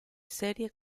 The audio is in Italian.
serie